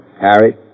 Harry